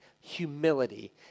humility